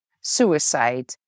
suicide